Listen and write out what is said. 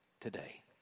today